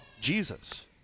Jesus